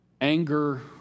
anger